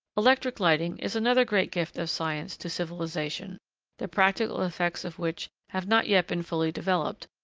electric lighting is another great gift of science to civilisation the practical effects of which have not yet been fully developed,